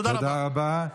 תודה רבה.